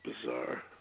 bizarre